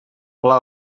pla